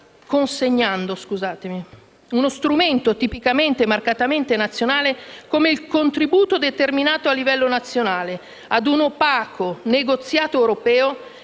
consegnando uno strumento tipicamente e marcatamente nazionale come il contributo determinato a livello nazionale a un opaco negoziato europeo,